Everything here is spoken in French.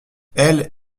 elle